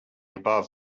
above